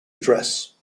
address